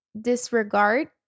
disregard